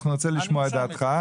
אנחנו נרצה לשמוע את דעתך.